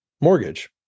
mortgage